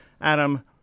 Adam